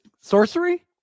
Sorcery